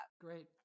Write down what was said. Great